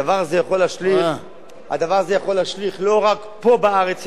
הדבר הזה יכול להשליך לא רק פה בארץ שלנו,